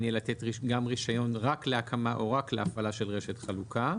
יהיה לתת גם רישיון רק להקמה או רק להפעלה של רשת חלוקה.